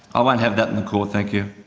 i won't have that in the court, thank you.